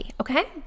Okay